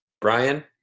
Brian